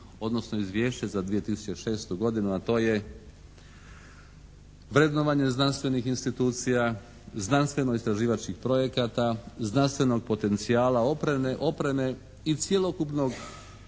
odnosno Izvješće za 2006. godinu, a to je vrednovanje znanstvenih institucija, znanstveno-istraživačkih projekata, znanstvenog potencijala opreme i cjelokupnog